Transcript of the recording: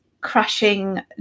crashing